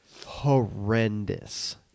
horrendous